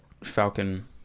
Falcon